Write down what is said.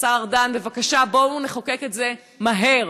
השר ארדן, בבקשה, בואו נחוקק את זה מהר.